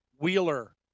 Wheeler